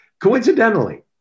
coincidentally